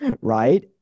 right